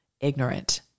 ignorant